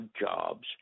jobs